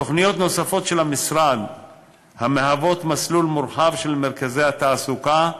תוכניות נוספות של המשרד המהוות מסלול מורחב של מרכזי התעסוקה,